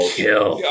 kill